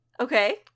Okay